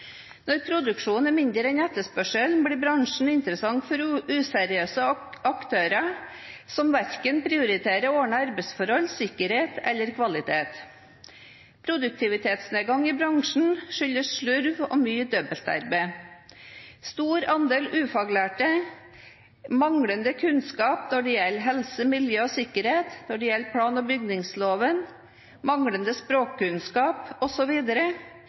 Når produksjonen er mindre enn etterspørselen, blir bransjen interessant for useriøse aktører, som verken prioriterer ordnede arbeidsforhold, sikkerhet eller kvalitet. Produktivitetsnedgang i bransjen skyldes slurv og mye dobbeltarbeid, stor andel ufaglærte, manglende kunnskap om helse, miljø og sikkerhet, om plan- og bygningsloven, manglende språkkunnskap